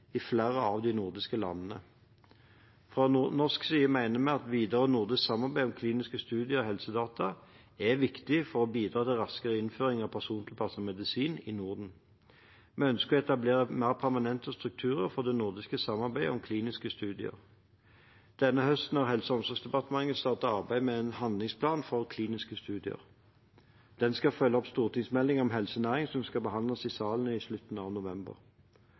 i flere av de nordiske landene. Fra norsk side mener vi at et videre nordisk samarbeid om kliniske studier og helsedata er viktig for å bidra til raskere innføring av persontilpasset medisin i Norden. Vi ønsker å etablere mer permanente strukturer for det nordiske samarbeidet om kliniske studier. Denne høsten har Helse- og omsorgsdepartementet startet arbeidet med en handlingsplan for kliniske studier. Den skal følge opp stortingsmeldingen om helsenæring som skal behandles i denne salen i slutten av november.